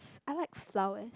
I like flowers